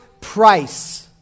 price